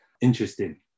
interesting